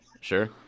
Sure